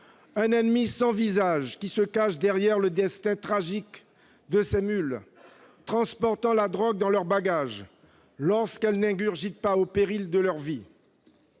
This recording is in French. un ennemi sans visage, qui se cache derrière le destin tragique de ces « mules », qui transportent la drogue dans leurs bagages, quand elles ne l'ingurgitent pas au péril de leur vie.